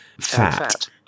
Fat